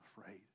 afraid